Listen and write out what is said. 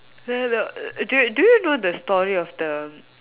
then uh do you do you know the story of the